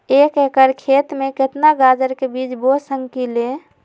एक एकर खेत में केतना गाजर के बीज बो सकीं ले?